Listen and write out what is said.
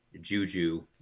Juju